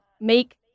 make